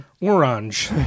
Orange